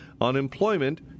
unemployment